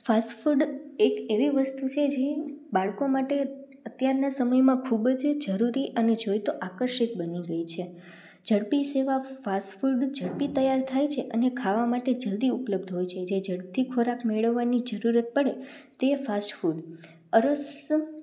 fast food એક એવી વસ્તુ છે જે બાળકો માટે અત્યારના સમયમાં ખૂબ જ એ જરૂરી અને જોઈએ તો આકર્ષક બની ગઈ છે ઝડપી સેવા ફાસ્ટફૂડ ઝડપી તૈયાર થાય છે અને ખાવા માટે જલ્દી ઉપલબ્ધ હોય છે જે ઝટથી ખોરાક મેળવવાની જરૂરત પળે તે ફાસ્ટફૂડ અરસ